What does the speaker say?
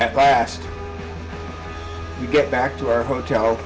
at last you get back to our hotel